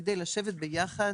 כדי לשבת ביחד